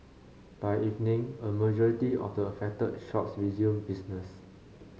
by evening a majority of the affected shops resumed business